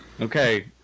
Okay